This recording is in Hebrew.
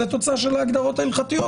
זו תוצאה של ההגדרות ההלכתיות,